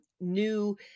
new